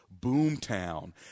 Boomtown